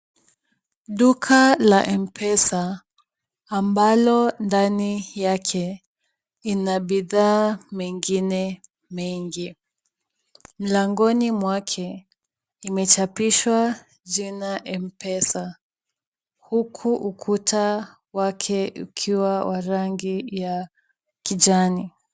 Duka la m-pesa, ambalo ndani yake, ina bidhaa mengine mengi. Mlangoni mwake imechapishwa jina m-pesa, huku ukuta wake ukiwa wa rangi ya kijani.